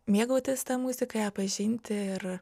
mėgautis ta muzika ją pažinti ir